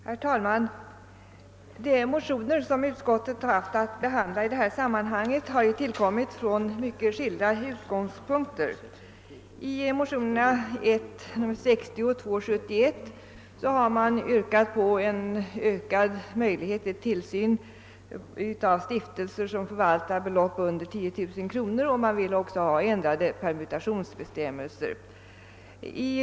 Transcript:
Herr talman! De motioner som utskottet haft att behandla i detta ärende har tillkommit från vitt skilda utgångspunkter. I motionsparet I: 60 och II: 71 har yrkats på ökad möjlighet till tillsyn över stiftelser, som förvaltar belopp under 10000 kronor, liksom på ändrade permutationsbestämmelser.